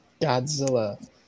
Godzilla